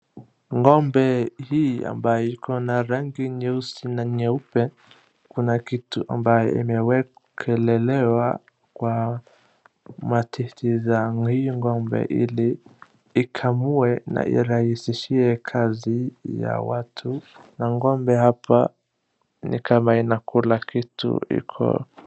Ng'ombe hii ambayo iko na rangi nyeusi na nyeupe kuna kitu ambayo imewekelelewa kwa matiti za hii ng'ombe ili ikamue na irahisishie kazi ya watu na ng'ombe hapa ni kama inakula kitu.